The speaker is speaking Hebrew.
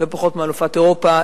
לא פחות מאלופת אירופה.